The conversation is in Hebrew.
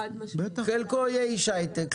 חלקו יהיה איש היי-טק,